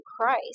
Christ